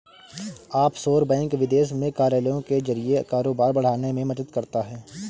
offshore bank विदेश में कार्यालयों के जरिए कारोबार बढ़ाने में मदद करता है